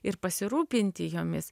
ir pasirūpinti jomis